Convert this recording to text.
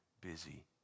busy